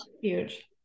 huge